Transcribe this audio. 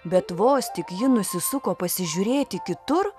bet vos tik ji nusisuko pasižiūrėti kitur